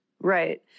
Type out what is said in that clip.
Right